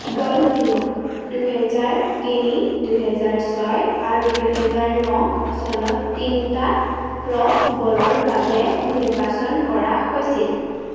বল্ডডিনক দুহেজাৰ তিনি দুহেজাৰ ছয় আৰু দুহেজাৰ ন চনত তিনিটা প্ৰ' বলৰ বাবে নিৰ্বাচন কৰা হৈছিল